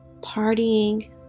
partying